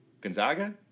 Gonzaga